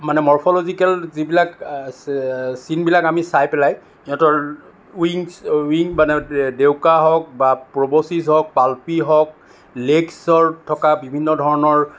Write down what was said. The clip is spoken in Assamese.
মানে মৰফ'লজিকেল যিবিলাক চিনবিলাক আমি চাই পেলাই সিহঁতৰ উইংছ উইং মানে ডেউকা হওক বা প্ৰব'চিছ হওক পাল্পি হওক লেগ্ছৰ থকা বিভিন্ন ধৰণৰ